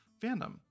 fandom